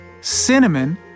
Cinnamon